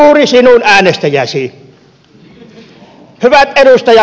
ehkäpä juuri sinun äänestäjäsi